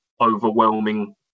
overwhelming